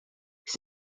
his